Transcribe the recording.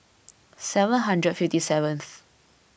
seven hundred fifty seventh